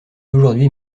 aujourd’hui